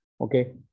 okay